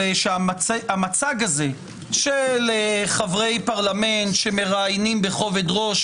שהמצג הזה של חברי פרלמנט שמראיינים - בכובד ראש,